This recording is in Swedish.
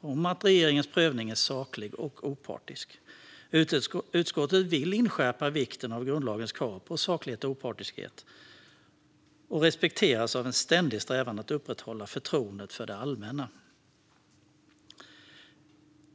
om att regeringens prövning är saklig och opartisk. Utskottet vill därför inskärpa vikten av att grundlagens krav på saklighet och opartiskhet respekteras och av en ständig strävan att upprätthålla förtroendet för det allmänna.